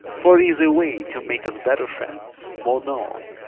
for it is a way to make us better friends, more known.